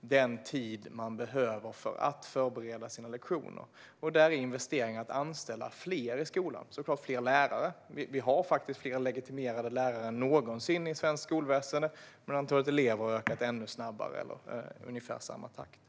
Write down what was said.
den tid de behöver för att förbereda sina lektioner. Där är investeringen att anställa fler i skolan. Det gäller såklart fler lärare, och vi har faktiskt fler legitimerade lärare än någonsin i svenskt skolväsen. Antalet elever har dock ökat ännu snabbare eller i ungefär samma takt.